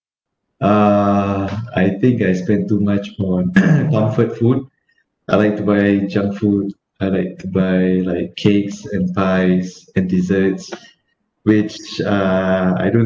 uh I think I spend too much more on comfort food I like to buy junk food I like to buy like cakes and pies and desserts which are I don't